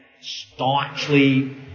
staunchly